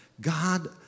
God